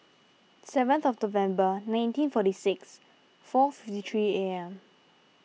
seventh of November nineteen forty six four fifty three A M